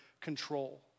control